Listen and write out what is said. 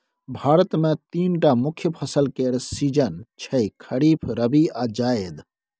भारत मे तीनटा मुख्य फसल केर सीजन छै खरीफ, रबी आ जाएद